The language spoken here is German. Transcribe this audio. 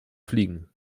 fliegen